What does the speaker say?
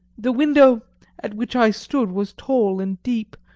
the window at which i stood was tall and deep,